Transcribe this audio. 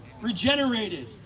regenerated